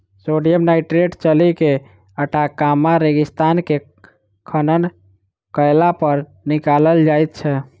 sodium nitrate Chile के Atacama रेगिस्तान मे खनन कयलापर निकालल जाइत छै